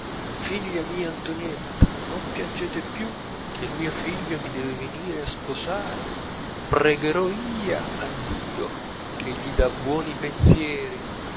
così figlia mia antonietta non piangete più che il mio figlio vi deve venire a sposare pregherò ia a dio che gli dà buoni pensieri